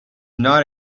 not